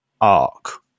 arc